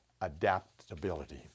adaptability